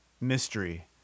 mystery